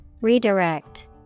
Redirect